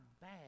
bad